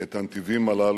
את הנתיבים הללו